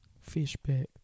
Fishback